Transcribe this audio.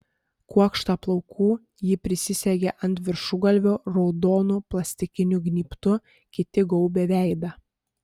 kuokštą plaukų ji prisisegė ant viršugalvio raudonu plastikiniu gnybtu kiti gaubė veidą